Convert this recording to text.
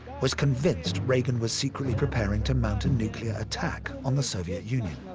was convinced reagan was secretly preparing to mount a nuclear attack on the soviet union.